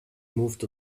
moved